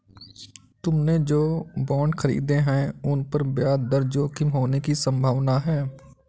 तुमने जो बॉन्ड खरीदे हैं, उन पर ब्याज दर जोखिम होने की संभावना है